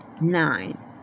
nine